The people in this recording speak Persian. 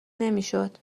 نمیشد